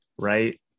right